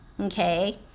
Okay